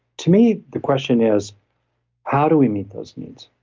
to me the question is how do we meet those needs?